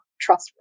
trustworthy